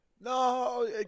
No